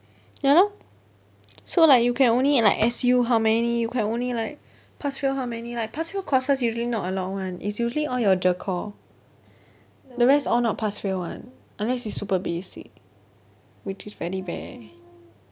ya lor so like you can only like S_U how many you can only like pass fail how many like pass fail courses usually not a lot [one] is usually all your GER core the rest all not pass fail [one] unless is super basic which is very rare